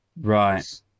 right